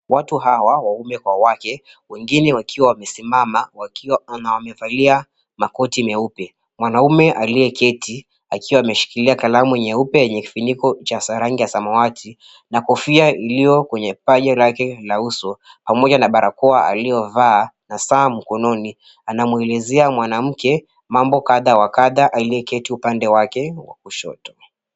Watu hawa waume kwa wake, wengine wakiwa wamesimama na wamevalia makoti meupe. Mwanaume aliyeketi akiwa ameshikilia kalamu nyeupe yenye finiko cha rangi ya samawati na kofia iliyo kwenye paji lake la uso, pamoja na barakoa aliyo vaa na saa mkononi, anamwelezea mwanamke mambo kadha wa kadha, aliyeketi upande wake wa kushoto.